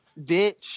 bitch